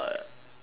like